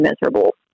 miserable